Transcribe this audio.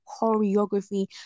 choreography